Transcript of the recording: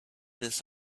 this